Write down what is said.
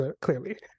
clearly